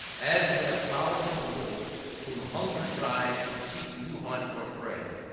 as when a prowling wolf, whom hunger drives to seek new haunt for prey,